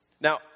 Now